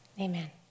Amen